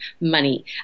money